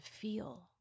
feel